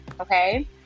okay